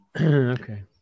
okay